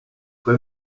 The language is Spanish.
fue